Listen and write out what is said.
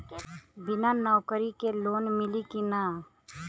बिना नौकरी के लोन मिली कि ना?